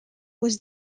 was